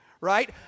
right